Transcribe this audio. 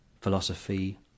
Philosophy